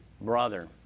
brother